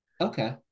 Okay